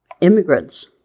immigrants